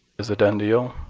is a done deal.